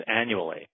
annually